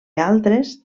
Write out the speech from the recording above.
altres